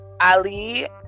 Ali